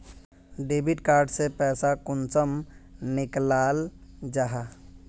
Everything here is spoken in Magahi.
डेबिट कार्ड से पैसा कुंसम निकलाल जाहा?